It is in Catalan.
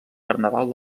carnaval